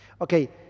Okay